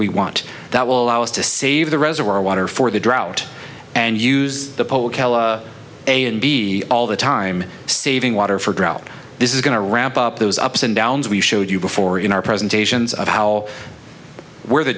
we want that will allow us to save the reservoir water for the drought and use the a and b all the time saving water for drought this is going to ramp up those ups and downs we showed you before in our presentations of how where the